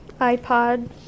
iPod